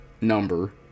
number